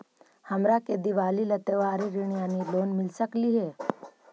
हमरा के दिवाली ला त्योहारी ऋण यानी लोन मिल सकली हे?